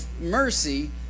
mercy